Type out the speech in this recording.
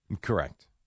Correct